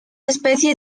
especie